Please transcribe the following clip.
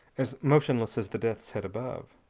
as motionless as the death's head above.